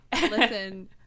listen